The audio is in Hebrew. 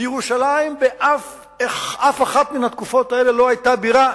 וירושלים באף אחת מן התקופות האלה לא היתה בירה,